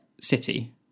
city